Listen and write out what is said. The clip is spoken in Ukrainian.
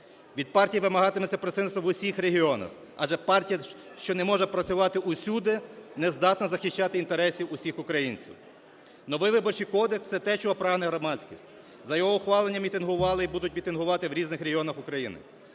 Від партій вимагатиметься представництво в усіх регіонах, адже партія, що не може працювати усюди, не здатна захищати інтереси усіх українців. Новий Виборчий кодекс – це те, чого прагне громадськість. За його ухвалення мітингували і будуть мітингувати в різних регіонах України.